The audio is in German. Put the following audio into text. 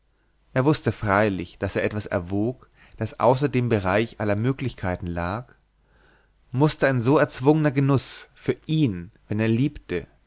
er wußte freilich daß er etwas erwog das außer dem bereich aller möglichkeiten lag mußte ein so erzwungener genuß für ihn der wenn er liebte